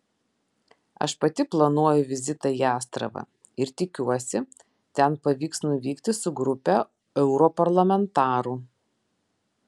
aš pati planuoju vizitą į astravą ir tikiuosi ten pavyks nuvykti su grupe europarlamentarų